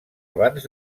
abans